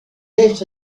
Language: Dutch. leest